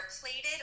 Plated